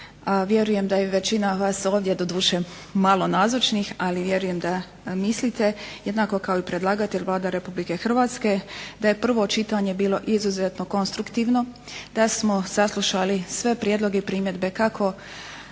vjerujem da i većina vas ovdje, doduše malo nazočnih, ali vjerujem da mislite jednako kao i predlagatelj Vlada Republike Hrvatske da je prvo čitanje bilo izuzetno konstruktivno, da smo saslušali sve prijedloge i primjedbe kako